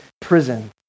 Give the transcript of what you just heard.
prison